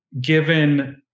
given